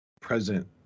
present